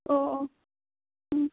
ꯑꯣ ꯑꯣ ꯎꯝ